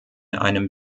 einem